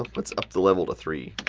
let's up the level to three.